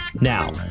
Now